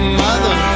mother